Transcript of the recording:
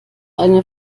eine